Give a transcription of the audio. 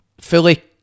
fully